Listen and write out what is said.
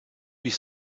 huit